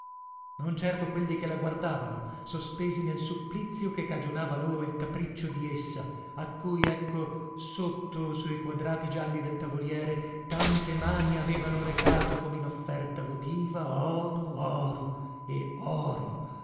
non certo quelli che la guardavano sospesi nel supplizio che cagionava loro il capriccio di essa a cui ecco sotto su i quadrati gialli del tavoliere tante mani avevano recato come in offerta votiva oro oro e oro